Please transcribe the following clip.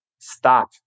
stop